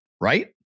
Right